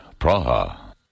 Praha